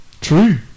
True